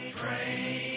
train